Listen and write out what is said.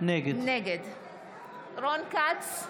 נגד רון כץ,